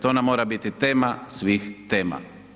To nam mora biti tema svih tema.